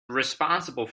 responsible